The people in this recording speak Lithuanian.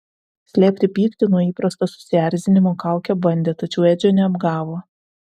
slėpti pyktį po įprasto susierzinimo kauke bandė tačiau edžio neapgavo